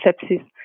sepsis